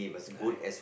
correct